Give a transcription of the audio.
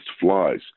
flies